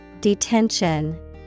Detention